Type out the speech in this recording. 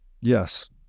Yes